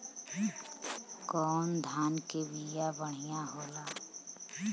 कौन धान के बिया बढ़ियां होला?